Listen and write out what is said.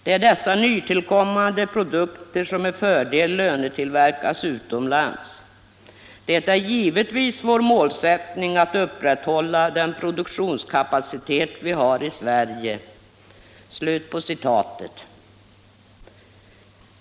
Det är dessa nytillkommande produkter som med fördel löntillverkas utomlands. Det är givetvis vår målsättning att upprätthålla den produktionskapacitet vi har i Sverige.